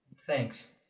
Thanks